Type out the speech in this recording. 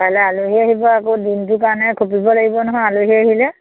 কাইলৈ আলহী আহিব আকৌ দিনটোৰ কাৰণে খুপিব লাগিব নহয় আলহী আহিলে